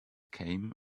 came